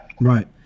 Right